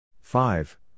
Five